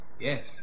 Yes